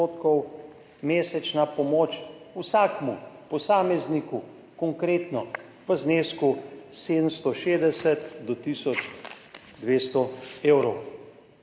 mesečna pomoč vsakemu posamezniku, konkretno v znesku 760 do tisoč 200 evrov.